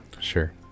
sure